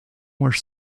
were